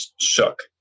shook